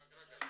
רגע.